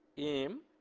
m.